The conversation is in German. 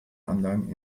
anlagen